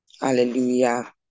Hallelujah